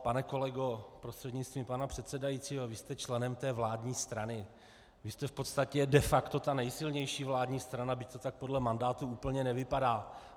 Pane kolego prostřednictvím pana předsedajícího, vy jste členem vládní strany, vy jste v podstatě de facto ta nejsilnější vládní strana, byť to tak podle mandátů úplně nevypadá.